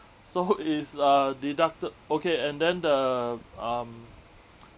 so is uh deducted okay and then the um